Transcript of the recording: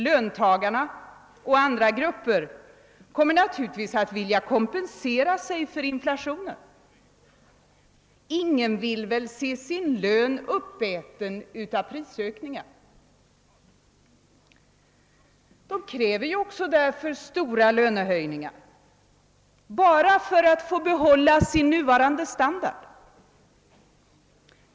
Löntagarna och andra grupper kommer naturligtvis att vilja kompensera sig för inflationen — ingen vill väl se sin lön uppäten av prisökningar. De kräver också därför stora lönehöjningar bara för att behålla sin nuvarande standard.